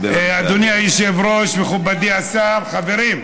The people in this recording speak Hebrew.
אדוני היושב-ראש, מכובדי השר, חברים,